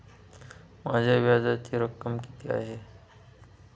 माझ्या व्याजाची रक्कम किती आहे?